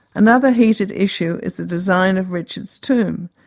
another heated issue is the design of richard's tomb.